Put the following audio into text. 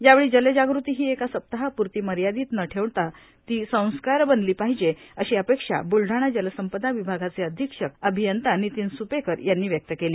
यावेळी जलजागृती ही एका सप्ताहापूर्ती मर्यादित न ठेवता ती संस्कार बनली पाहिजे अशी अपेक्षा बुलढाणा जलसंपदा विभागाचे अधिक्षक अभियंता नितीन सुपेकर यांनी व्यक्त केली